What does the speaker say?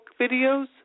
videos